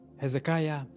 Hezekiah